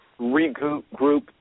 regroup